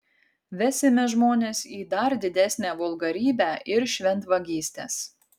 vesime žmones į dar didesnę vulgarybę ir šventvagystes